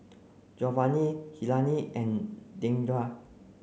Jovany Helaine and Dandre